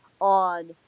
on